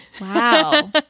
Wow